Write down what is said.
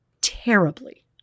terribly